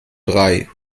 drei